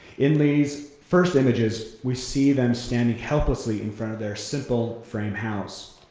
in these first images, we see them standing helplessly in front of their simple frame house.